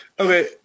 Okay